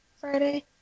Friday